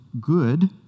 good